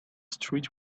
street